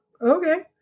Okay